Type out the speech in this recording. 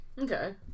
Okay